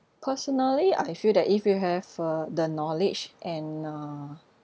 personally I feel that if you have uh the knowledge and uh